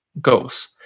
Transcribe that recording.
goes